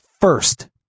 First